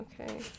Okay